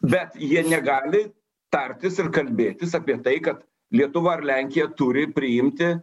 bet jie negali tartis ir kalbėtis apie tai kad lietuva ar lenkija turi priimti